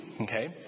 Okay